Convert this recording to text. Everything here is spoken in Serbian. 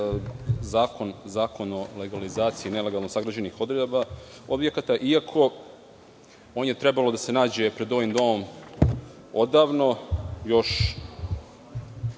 zakon o legalizaciji nelegalno sagrađenih objekata iako je on trebao da se nađe pred ovim domom odavno, još